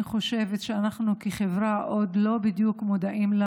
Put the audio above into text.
חושבת שאנחנו כחברה עוד לא בדיוק מודעים לה,